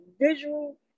visual